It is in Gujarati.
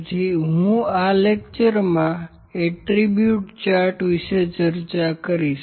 તેથી હું આલેક્ચર માં એટ્રિબ્યુટ ચાર્ટ વિશે ચર્ચા કરીશ